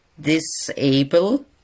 disable